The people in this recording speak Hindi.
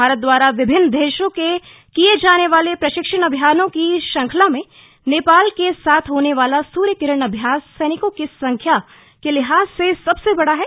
भारत द्वारा विभिन्न देशों के साथ किये जाने वाले प्रशिक्षण अभ्यासों की श्रंखला में नेपाल के साथ होने वाला सूर्य किरण अभ्यास सैनिकों की संख्या के लिहाज से सबसे बड़ा है